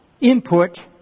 input